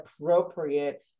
appropriate